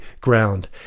ground